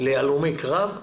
להלומי קרב,